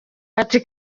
ati